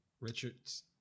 Richards